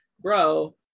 bro